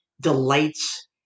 delights